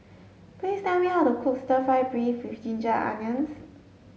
please tell me how to cook stir fry beef with ginger onions